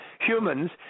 humans